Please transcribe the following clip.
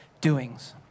doings